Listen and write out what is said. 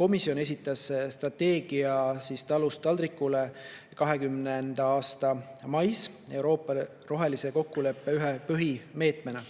Komisjon esitas strateegia "Talust taldrikule" 2020. aasta mais Euroopa rohelise kokkuleppe ühe põhimeetmena.